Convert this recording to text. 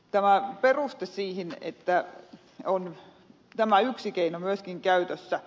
tämä peruste siihen että on tämä yksi keino myöskin käytössä